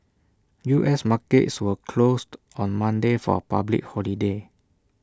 U S markets were closed on Monday for A public holiday